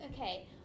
Okay